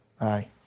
Aye